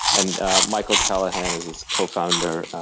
and ah michael callahan is his cofounder.